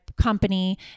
company